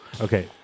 Okay